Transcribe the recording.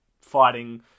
fighting